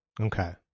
Okay